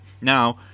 Now